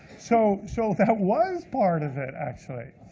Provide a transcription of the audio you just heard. so so, that was part of it, actually.